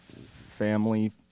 family